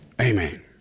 Amen